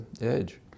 edge